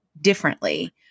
differently